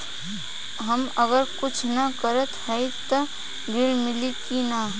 हम अगर कुछ न करत हई त ऋण मिली कि ना?